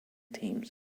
teams